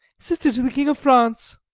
sister to the king of france.